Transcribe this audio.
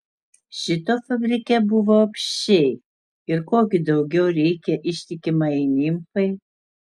šito fabrike buvo apsčiai ir ko gi daugiau reikia ištikimajai nimfai